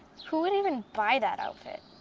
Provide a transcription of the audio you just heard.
who would even buy that outfit?